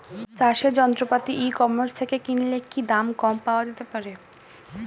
চাষের যন্ত্রপাতি ecommerce থেকে কিনলে কি দাম কম পাওয়া যেতে পারে?